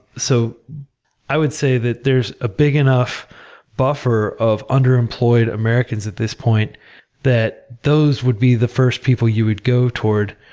so i would say that there's a big enough buffer of under-employed americans at this point that those would be the first people you would go toward,